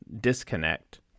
disconnect